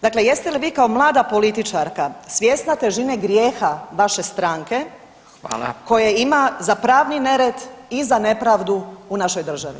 Dakle, jeste li vi kao mlada političarka svjesna težine grijeha vaše stranke [[Upadica Radin: Hvala.]] koja ima za pravni nered i za nepravdu u našoj državi?